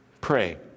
pray